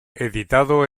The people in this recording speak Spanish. editado